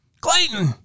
Clayton